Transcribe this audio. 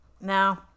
No